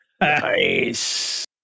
Nice